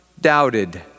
doubted